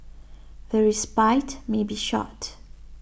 the respite may be short